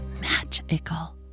magical